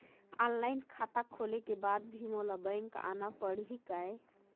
Online खाता खोले के बाद भी मोला बैंक आना पड़ही काय?